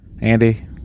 Andy